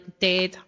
dead